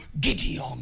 Gideon